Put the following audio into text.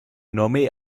nommée